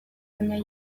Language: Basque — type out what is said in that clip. baina